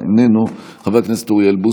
אני לא לוקח כבוד שאינו מגיע לי בשלב